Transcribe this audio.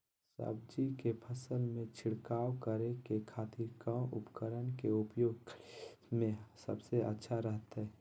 सब्जी के फसल में छिड़काव करे के खातिर कौन उपकरण के उपयोग करें में सबसे अच्छा रहतय?